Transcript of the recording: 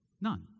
None